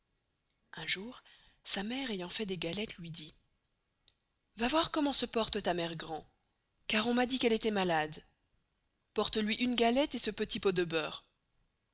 un jour sa mere ayant cui et fait des galettes luy dit va voir comme se porte ta mere grand car on m'a dit qu'elle estoit malade porte luy une galette et ce petit pot de beurre